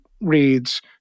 reads